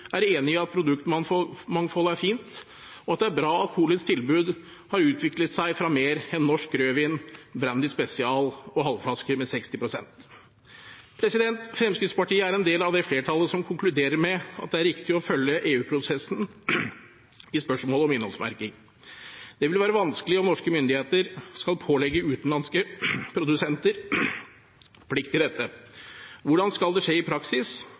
er enig i at produktmangfold er fint, og at det er bra at polets tilbud har utviklet seg fra mer enn Norsk Rødvin, Brandy Special og halvflasker med 60 pst. Fremskrittspartiet er en del av det flertallet som konkluderer med at det er riktig å følge EU-prosessen i spørsmålet om innholdsmerking. Det vil være vanskelig om norske myndigheter skal pålegge utenlandske produsenter plikt til dette. Hvordan skal det skje i praksis?